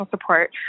support